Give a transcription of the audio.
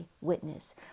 witness